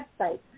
website